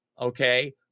okay